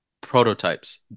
prototypes